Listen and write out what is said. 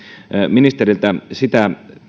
ministeriltä sitä